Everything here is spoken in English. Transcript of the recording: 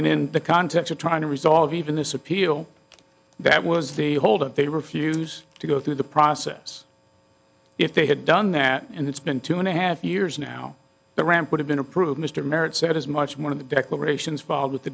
and in the context of trying to resolve even this appeal that was the holdup they refuse to go through the process if they had done that and it's been two and a half years now the ramp would have been approved mr merritt said as much more of the declarations filed with